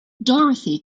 dorothy